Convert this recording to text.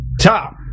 top